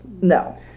No